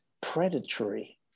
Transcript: predatory